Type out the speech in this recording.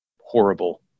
horrible